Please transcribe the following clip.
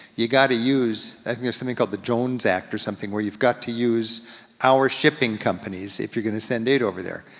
you gotta use, i think it's something called the jones act or something, where you've got to use our shipping companies if you're gonna send aid over there.